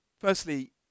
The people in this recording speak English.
Firstly